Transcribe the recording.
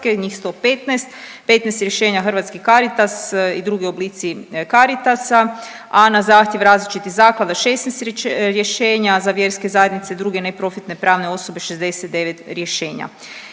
njih 115, 15 je rješenja Hrvatski Caritas i drugi oblici Caritasa, a na zahtjev različitih zaklada 16 rješenja, za vjerske zajednice i druge neprofitne osobe 69 rješenja.